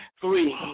three